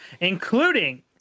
including